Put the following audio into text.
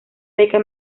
beca